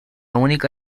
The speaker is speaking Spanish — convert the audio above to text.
única